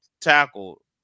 tackle